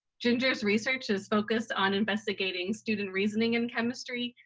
ginger's research is focused on investigating student reasoning in chemistry,